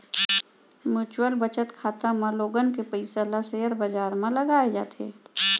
mutual बचत खाता म लोगन के पइसा ल सेयर बजार म लगाए जाथे